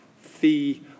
fee